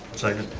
second.